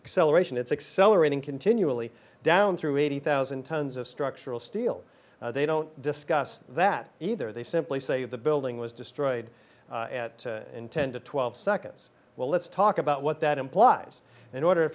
accelerate and it's accelerating continually down through eighty thousand tons of structural steel they don't discuss that either they simply say the building was destroyed at ten to twelve seconds well let's talk about what that implies in order